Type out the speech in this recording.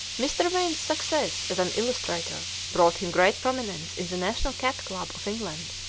mr. wain's success as an illustrator brought him great prominence in the national cat club of england,